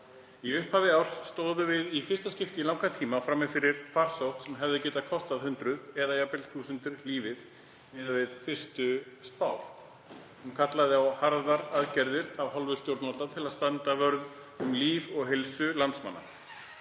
Í upphafi árs stóðum við í fyrsta skipti í langan tíma frammi fyrir farsótt sem hefði getað kostað hundruð eða jafnvel þúsundir lífið miðað við fyrstu spár. Hún kallaði á harðar aðgerðir af hálfu stjórnvalda til að standa vörð um líf og heilsu landsmanna.